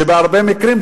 שבהרבה מקרים,